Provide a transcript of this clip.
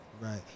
Right